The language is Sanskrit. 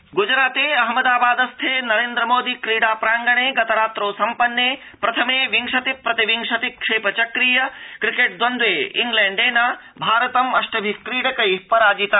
क्रिकेट् ग्जराते अहमदाबाद स्थे नरेन्द्रमोदि क्रीडा प्रांगणे गतरात्रौ सम्पन्ने प्रथमे विंशति प्रतिविंशति क्षेप चक्रीये क्रिकेट द्रन्द्रे इंग्लैण्डेन भारतम् अष्टभिः क्रीडकैः पराजितम्